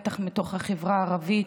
בטח מתוך החברה הערבית,